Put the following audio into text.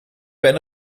ben